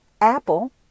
Apple